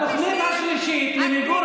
התוכנית השלישית היא מיגור